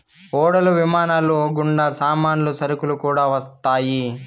ఓడలు విమానాలు గుండా సామాన్లు సరుకులు కూడా వస్తాయి